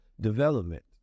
development